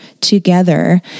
together